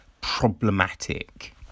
problematic